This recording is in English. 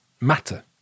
matter